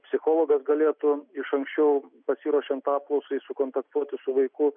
psichologas galėtų iš anksčiau pasiruošiant apaklausai sukontaktuoti su vaiku